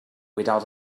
without